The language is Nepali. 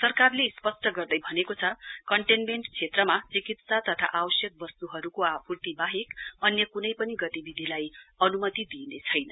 सरकारले स्पष्ट गर्दै भनेको छ कन्टेन्मेन्ट क्षेत्रमा चिकित्सा तथा आवश्यक वस्तुहरूको आपूर्ति बाहेक अन्य कुनैपनि गतिबिधिलाई अनुमति दिइने छैन